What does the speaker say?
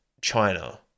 China